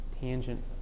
tangent